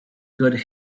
good